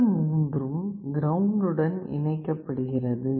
மற்ற மூன்றும் கிரவுண்ட் உடன் இணைக்கப்படுகிறது